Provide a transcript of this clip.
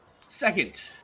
Second